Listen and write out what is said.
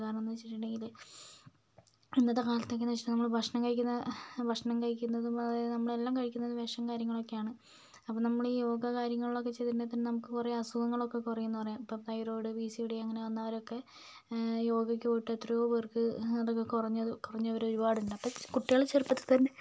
കാരണം എന്ന് വെച്ചിട്ടുണ്ടെങ്കില് ഇന്നത്തെ കാലത്ത് എന്നൊക്കെ വെച്ചിട്ടുണ്ടെങ്കില് നമ്മൾ ഭക്ഷണം കഴിക്കുന്ന ഭക്ഷണം കഴിക്കുന്ന നമ്മൾ എല്ലാം കഴിക്കുന്നത് വിഷം കാര്യങ്ങളൊക്കെയാണ് അപ്പോൾ നമ്മൾ ഈ യോഗ കാര്യങ്ങൾ ഒക്കെ ചെയ്തിട്ടുണ്ടെൽ നമുക്ക് കുറെ അസുഖങ്ങൾ ഒക്കെ കുറയും എന്ന് പറയാം ഇപ്പം thyroid P C O D അങ്ങനെ വന്നാൽ ഒക്കെ യോഗയ്ക്ക് പോയിട്ട് എത്രയോ പേർക്ക് അതൊക്കെ കുറഞ്ഞത് കുറഞ്ഞവര് ഒരുപാട് ഉണ്ട് അപ്പോൾ കുട്ടികള് ചെറുപ്പത്തിൽ തന്നെ